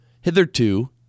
Hitherto